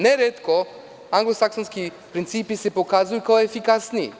Neretko se anglosaksonski principi pokazuju kao efikasniji.